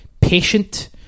Patient